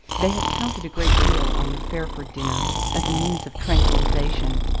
they had counted a great deal on the fairford dinner as a means of tranquillization,